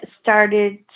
started